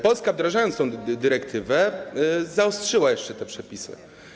Polska, wdrażając tę dyrektywę, zaostrzyła jeszcze te przepisy.